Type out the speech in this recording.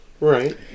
Right